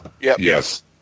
Yes